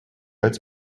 als